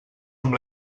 amb